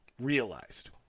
realized